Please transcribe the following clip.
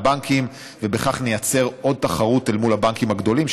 ובכך נייצר עוד תחרות אל מול הבנקים הגדולים,